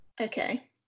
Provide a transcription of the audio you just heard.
Okay